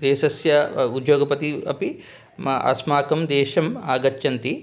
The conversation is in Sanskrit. देशस्य उद्योगपतिः अपि म अस्माकं देशम् आगच्छन्ति